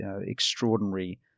extraordinary